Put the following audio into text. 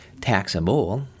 taxable